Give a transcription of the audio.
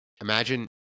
imagine